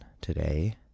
today